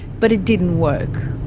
but it didn't work.